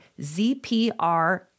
ZPR